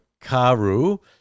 karu